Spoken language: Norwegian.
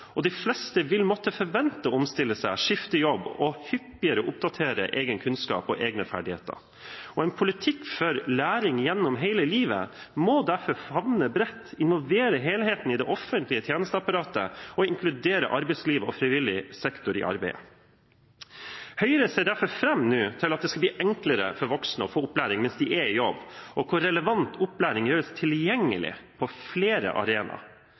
og de fleste vil måtte forvente å omstille seg, skifte jobb og hyppigere oppdatere egen kunnskap og egne ferdigheter. En politikk for læring gjennom hele livet må derfor favne bredt, involvere helheten i det offentlige tjenesteapparatet og inkludere arbeidsliv og frivillig sektor i arbeidet. Høyre ser derfor nå fram til at det skal bli enklere for voksne å få opplæring mens de er i jobb, og at relevant opplæring gjøres tilgjengelig på flere arenaer.